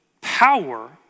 power